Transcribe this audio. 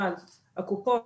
אבל קופות